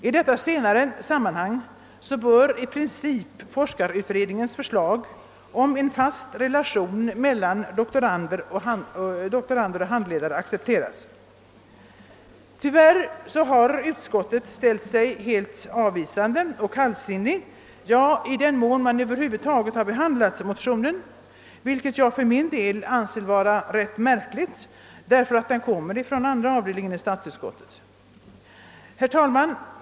I detta senare sammanhang bör i princip forskarutredningens förslag om en fast relation mellan antalet doktorander och handledare accepteras. Tyvärr har utskottet ställt sig helt avvisande och kallsinnigt till motionen, i den mån den över huvud taget har behandlats. Jag anser en sådan behandling vara ganska märklig för att ha förevarit inom statsutskottets andra avdelning. Herr talman!